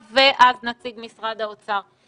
שמדברת על סמך